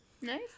Nice